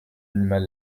animal